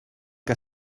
que